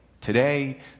Today